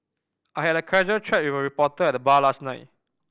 I had a casual chat with a reporter at the bar last night